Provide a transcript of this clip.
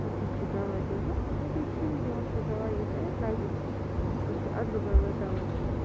تَتہِ حظ چھِ دَوا دِوان تَتہِ حظ چھیی نہٕ دِوان سُہ دَوا یُس اسہِ لَگہِ تتہِ حظ چھِ اَدلہٕ بدلہٕ دوا دِوان